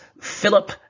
Philip